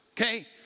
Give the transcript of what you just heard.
okay